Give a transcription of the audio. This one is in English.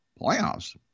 Playoffs